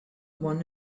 one